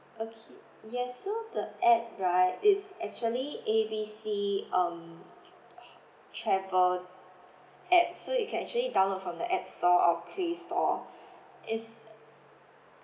okay yes so the app right it's actually A B C um travel app so you can actually download from the app store or play store it's